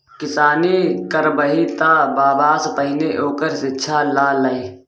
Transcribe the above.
किसानी करबही तँ बबासँ पहिने ओकर शिक्षा ल लए